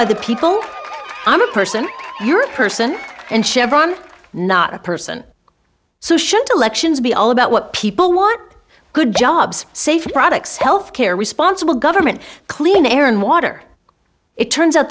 by the people i'm a person you're a person and chevron not a person so shouldn't elections be all about what people want good jobs safe products health care responsible government clean air and water it turns out